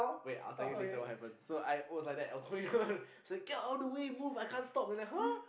wait I'll tell later what happend so I was like that I was going down I was like get out of the way move I can't stop they like !huh!